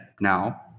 now